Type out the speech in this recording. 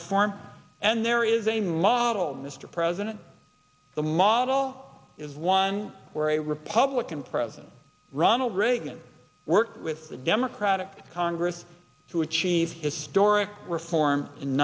reform and there is a model mr president the model is one where a republican president ronald reagan worked with the democratic congress to achieve historic reform in